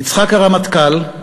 יצחק הרמטכ"ל,